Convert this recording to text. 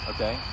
Okay